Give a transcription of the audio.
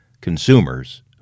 consumers